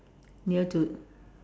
near to